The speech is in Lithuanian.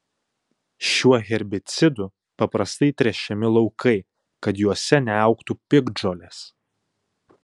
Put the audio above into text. šiuo herbicidu paprastai tręšiami laukai kad juose neaugtų piktžolės